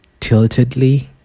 tiltedly